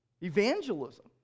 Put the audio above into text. Evangelism